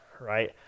right